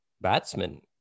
batsman